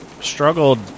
struggled